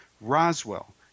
Roswell